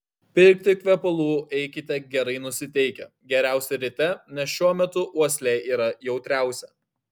pirkti kvepalų eikite gerai nusiteikę geriausia ryte nes šiuo metu uoslė yra jautriausia